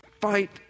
fight